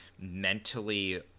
mentally